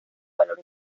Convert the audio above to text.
valor